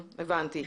הבנתי.